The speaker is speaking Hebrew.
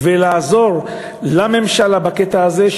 לעזור לממשלה בקטע הזה,